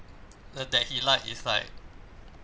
that he like is like